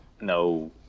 no